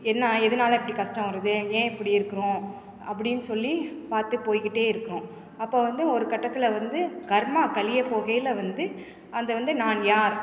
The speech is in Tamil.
என்ன எதனால் இப்படி கஷ்டம் வருது ஏன் இப்படி இருக்கிறோம் அப்படின் சொல்லி பார்த்து போயிக்கிட்டே இருக்கிறோம் அப்போது வந்து ஒரு கட்டத்தில் வந்து கர்மா கழிய போகயில் வந்து அந்த வந்து நான் யார்